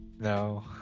No